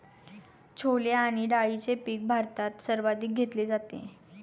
छोले आणि डाळीचे पीक भारतात सर्वाधिक घेतले जाते